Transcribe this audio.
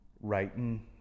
writing